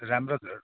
राम्रो त